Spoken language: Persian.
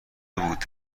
بود